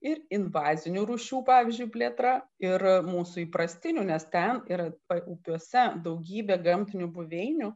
ir invazinių rūšių pavyzdžiui plėtra ir mūsų įprastinių nes ten ir paupiuose daugybė gamtinių buveinių